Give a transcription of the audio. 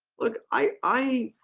look, i